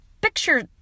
picture